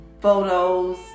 photos